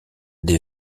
des